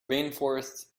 rainforests